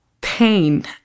pain